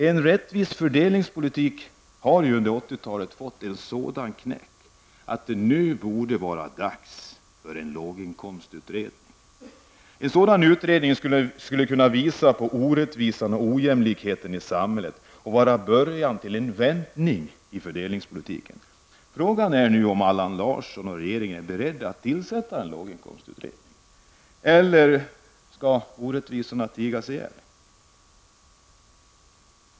En rättvis fördelningspolitik har under 80-talet fått en sådan knäck att det nu borde vara dags för en låginkomstutredning. En sådan utredning skulle kunna visa på orättvisan och ojämlikheten i samhället och vara början till en vändning i fördelningspolitiken. Frågan är om Allan Larsson och regeringen är beredda att tillsätta en låginkomstutredning. Eller skall orättvisorna tigas ihjäl?